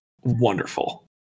wonderful